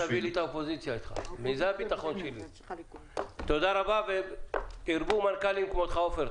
תודה רבה, ירבו מנכ"לים כמותך, עופר.